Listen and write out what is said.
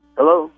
Hello